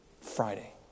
Friday